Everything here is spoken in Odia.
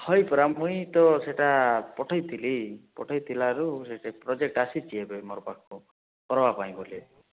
ହଇ ପରା ମୁଇଁ ତ ସେଇଟା ପଠେଇ ଥିଲି ପଠେଇ ଥିଲାରୁ ସେଠି ପ୍ରଜୋକ୍ଟ ଆସିଛି ଏବେ ମୋର ପାଖକୁ କରବା ପାଇଁ ବୋଲି